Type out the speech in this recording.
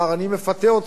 אני מפתה אתכם,